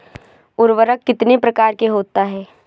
उर्वरक कितनी प्रकार के होता हैं?